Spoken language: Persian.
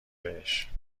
بهش